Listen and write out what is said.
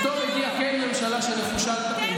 פתאום הגיעה כן ממשלה שנחושה לטפל בזה.